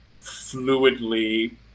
fluidly